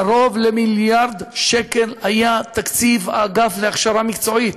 קרוב למיליארד שקל היה תקציב האגף להכשרה מקצועית.